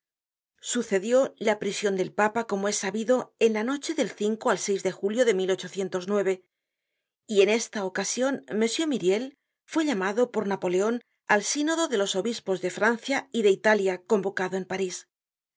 sucedió la prision del papa como es sabido en la noche del al de julio de y en esta ocasion m myriel fue llamado por napoleon al sínodo de los obispos de francia y de italia convocado en parís el